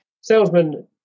Salesman